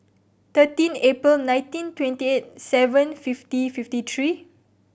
thirteen April nineteen twenty eight seven fifty fifty three